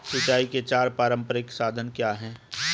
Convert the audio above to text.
सिंचाई के चार पारंपरिक साधन क्या हैं?